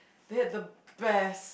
they have the best